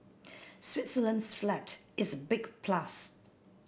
Switzerland's flag is a big plus